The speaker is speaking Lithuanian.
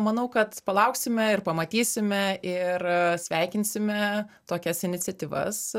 manau kad palauksime ir pamatysime ir sveikinsime tokias iniciatyvas